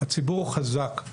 הציבור הוא חזק,